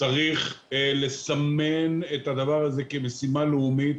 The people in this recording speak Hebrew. צריך לסמן את הדבר הזה כמשימה לאומית,